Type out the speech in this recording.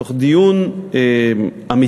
תוך דיון אמיתי,